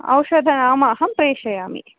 औषधनाम अहं प्रेषयामि